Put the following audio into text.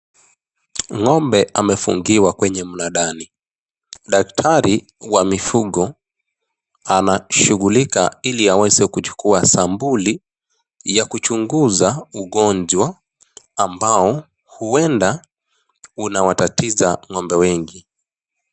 Ngombe hamefungiwa kwenye mnandani. Daktari wa mifungo anashugulika hili aweze kuchukua sambuli ya kuchunguza ugonjwa ambao huenda unawatatiza ngombe wengi.